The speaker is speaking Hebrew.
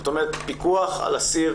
זאת אומרת פיקוח על אסיר